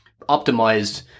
optimized